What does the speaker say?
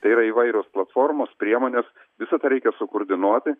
tai yra įvairios platformos priemonės visą tai reikia sukoordinuoti